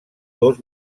dos